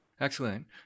Excellent